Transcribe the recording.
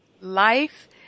life